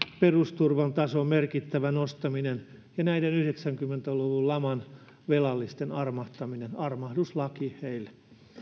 perusturvan tason merkittävä nostaminen ja näiden yhdeksänkymmentä luvun laman velallisten armahtaminen armahduslaki heille